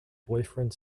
boyfriend